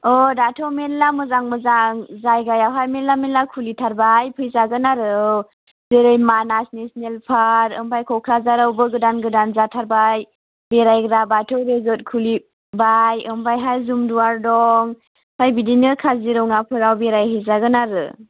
ओ दाथ' मेल्ला मोजां मोजां जायगायाहाय मेल्ला मेल्ला खुलिथारबाय फैजागोन आरो औ जेरै मानास नेसनेल पार्क ओमफ्राय क'क्राझारावबो गोदान गोदान जाथारबाय बेरायग्रा बाथौ रिसर्ट खुलिबाय ओमफ्रायहाय जुमदुवार दं ओमफ्राय बिदिनो काजिरङाफोराव बेरायहैजागोन आरो